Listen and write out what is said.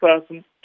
person